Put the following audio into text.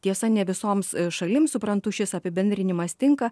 tiesa ne visoms šalims suprantu šis apibendrinimas tinka